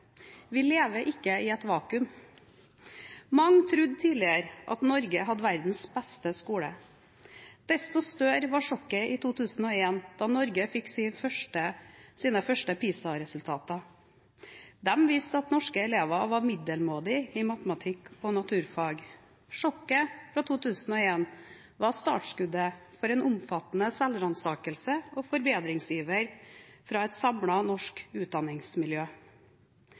Vi lever ikke i et vakuum. Mange trodde tidligere at Norge hadde verdens beste skole. var sjokket i 2001 da Norge fikk sine første PISA-resultater. De viste at norske elever var middelmådige i matematikk og naturfag. Sjokket fra 2001 var startskuddet for en omfattende selvransakelse og forbedringsiver fra et samlet norsk utdanningsmiljø.